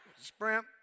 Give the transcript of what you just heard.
Sprint